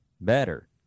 better